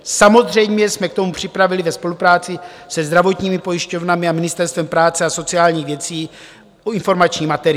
Samozřejmě jsme k tomu připravili ve spolupráci se zdravotními pojišťovnami a Ministerstvem práce a sociálních věcí informační materiály.